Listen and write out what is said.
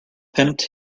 pimped